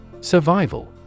Survival